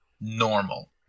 normal